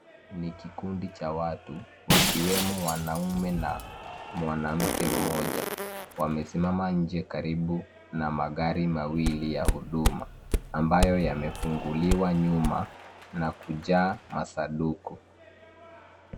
Ni kikundi cha watu, wakiwemo mwanaume na mwanamke mmoja. Wamesimama nje karibu na magari mawili ya huduma, ambayo yamefunguliwa nyuma, na kuna masanduku.